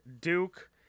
Duke